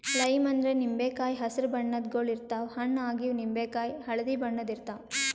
lime ಅಂದ್ರ ನಿಂಬಿಕಾಯಿ ಹಸ್ರ್ ಬಣ್ಣದ್ ಗೊಳ್ ಇರ್ತವ್ ಹಣ್ಣ್ ಆಗಿವ್ ನಿಂಬಿಕಾಯಿ ಹಳ್ದಿ ಬಣ್ಣದ್ ಇರ್ತವ್